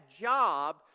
job